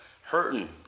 hurting